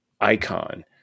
icon